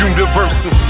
Universal